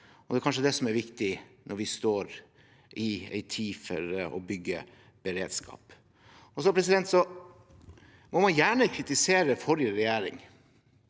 Det er kanskje det som er viktig når vi står i en tid for å bygge beredskap. Man må gjerne kritisere forrige regjering